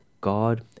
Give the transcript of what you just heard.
God